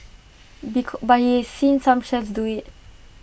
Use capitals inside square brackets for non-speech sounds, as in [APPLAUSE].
[UNINTELLIGIBLE] but he's seen some chefs do IT